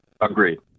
Agreed